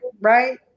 right